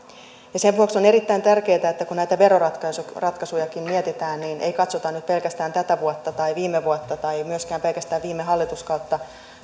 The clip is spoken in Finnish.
sen vuoksi on erittäin tärkeätä että kun näitä veroratkaisujakin mietitään niin ei katsota nyt pelkästään tätä vuotta tai viime vuotta tai myöskään pelkästään viime hallituskautta